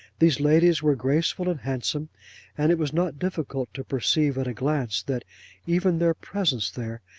these ladies were graceful and handsome and it was not difficult to perceive at a glance that even their presence there,